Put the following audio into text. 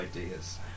ideas